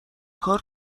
کار